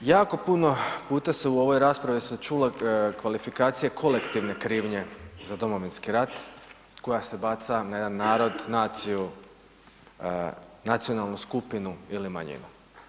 Jako puno puta se u ovoj raspravi su se čule kvalifikacije kolektivne krivnje za Domovinski rat koja se baca na jedan narod, naciju, nacionalnu skupinu ili manjinu.